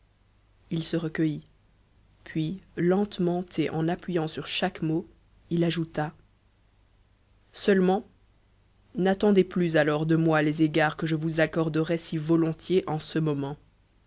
il se recueillit puis lentement et en appuyant sur chaque mot il ajouta seulement n'attendez plus alors de moi les égards que je vous accorderais si volontiers en ce moment